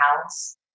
house